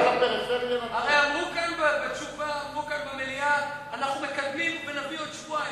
הרי אמרו כאן במליאה: אנחנו מקדמים ונביא בעוד שבועיים.